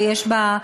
ויש בה,